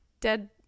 dead